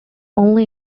only